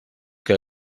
que